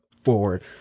forward